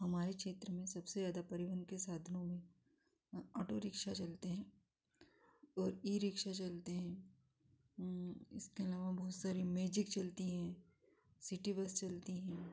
हमारे क्षेत्र में सबसे ज़्यादा परिवहन के साधनों में ऑटोरिक्शा चलते हैं और ईरिक्शा चलते हैं इसके अलावा बहुत सारी मैजिक चलती हैं सिटी बस चलती हैं